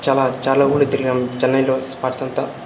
చాలా చాలా ఊర్లు తిరిగినాం చెన్నైలో స్పాట్స్ అంతా